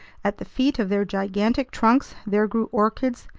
at the feet of their gigantic trunks, there grew orchids,